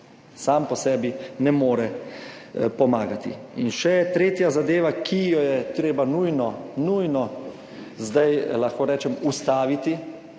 Sam po sebi ne more pomagati In še tretja zadeva, ki jo je treba nujno, nujno, zdaj lahko rečem, ustaviti,